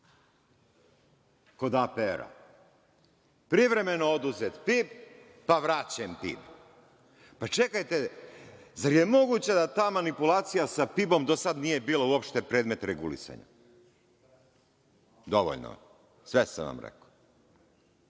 kod APR, privremeno oduzet PIB, pa vraćen PIB. Čekajte, zar je moguće da ta manipulacija sa PIB-om do sad nije bila uopšte predmet regulisanja? Dovoljno je. Sve sam vam rekao.